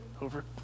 over